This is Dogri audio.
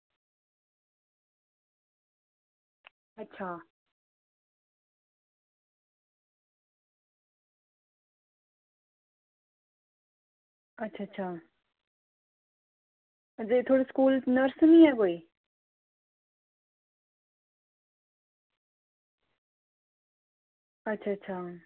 अच्छा अच्छा अच्छा ते थुआढ़े स्कूल नर्स निं ऐ कोई अच्छा अच्छा